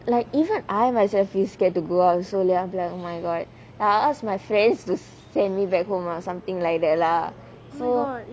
like even I myself you scared to go out so late I'll be like oh my god like I'll ask my friends to send me back home or something like that lah so